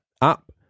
up